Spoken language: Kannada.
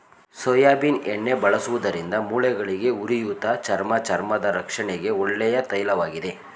ಸೋಯಾಬೀನ್ ಎಣ್ಣೆ ಬಳಸುವುದರಿಂದ ಮೂಳೆಗಳಿಗೆ, ಉರಿಯೂತ, ಚರ್ಮ ಚರ್ಮದ ರಕ್ಷಣೆಗೆ ಒಳ್ಳೆಯ ತೈಲವಾಗಿದೆ